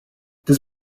does